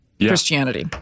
Christianity